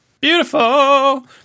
Beautiful